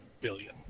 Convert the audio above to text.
billion